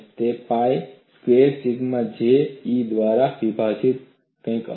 તે Pi square sigma જે E દ્વારા વિભાજીત કંઈક હતું